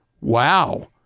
Wow